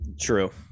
True